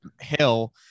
hill